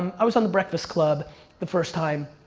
um i was on the breakfast club the first time,